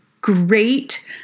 great